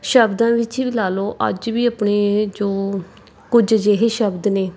ਸ਼ਬਦਾਂ ਵਿੱਚ ਵੀ ਲਾ ਲਓ ਅੱਜ ਵੀ ਆਪਣੇ ਜੋ ਕੁਝ ਅਜਿਹੇ ਸ਼ਬਦ ਨੇ